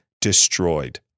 destroyed